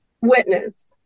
witness